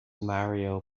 mario